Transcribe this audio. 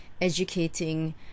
educating